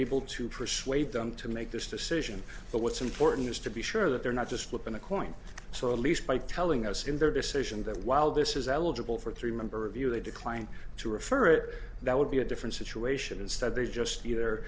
able to persuade them to make this decision but what's important is to be sure that they're not just flipping a coin so at least by telling us in their decision that while this is algebra for three member of you they declined to refer that would be a different situation instead they just either